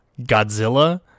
Godzilla